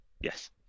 Yes